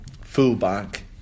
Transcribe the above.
fullback